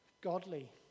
godly